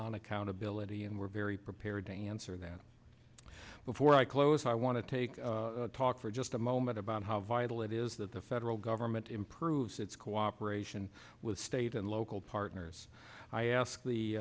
on accountability and we're very prepared to answer that before i close i want to take talk for just a moment about how vital it is that the federal government improves its cooperation with state and local partners i asked the